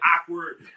awkward